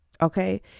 Okay